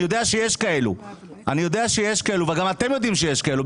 יודע שיש כאלה וגם אתם יודעים שיש כאלה,